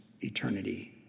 eternity